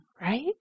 right